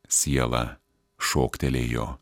siela šoktelėjo